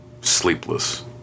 sleepless